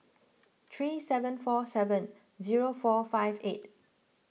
three seven four seven zero four five eight